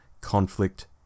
conflict